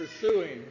pursuing